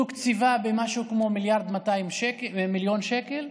שתוקצבה בכ-200 מיליון שקל.